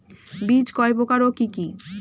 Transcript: বীজ কয় প্রকার ও কি কি?